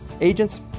Agents